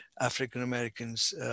African-Americans